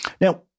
Now